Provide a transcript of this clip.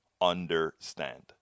understand